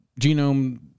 genome